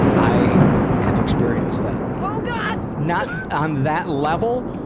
i have experienced that. oh god! not on that level,